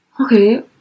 okay